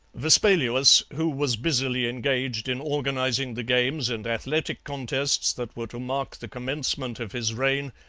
vespaluus, who was busily engaged in organizing the games and athletic contests that were to mark the commencement of his reign,